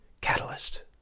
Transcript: Catalyst